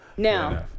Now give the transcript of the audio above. Now